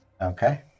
Okay